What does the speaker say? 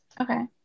Okay